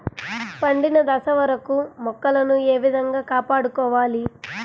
పండిన దశ వరకు మొక్కలను ఏ విధంగా కాపాడుకోవాలి?